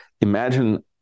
imagine